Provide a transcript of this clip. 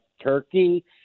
turkey